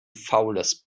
faules